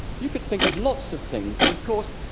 you could think of lot's of things and, of course,